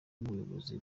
n’ubuyobozi